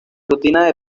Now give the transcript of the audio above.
rutina